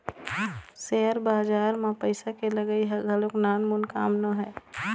share बजार म पइसा के लगई ह घलोक नानमून काम नोहय